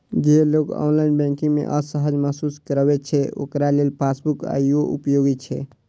जे लोग online banking मे असहज महसूस करै छै, ओकरा लेल पासबुक आइयो उपयोगी छै